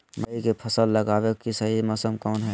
मकई के फसल लगावे के सही मौसम कौन हाय?